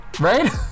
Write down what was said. Right